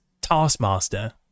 Taskmaster